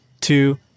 two